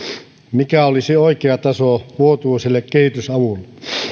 mikä olisi oikea taso vuotuiselle kehitysavulle